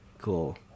Cool